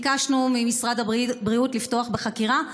כבר ביקשנו ממשרד הבריאות לפתוח בחקירה?